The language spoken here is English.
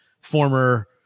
former